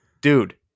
Dude